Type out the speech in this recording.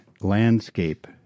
Landscape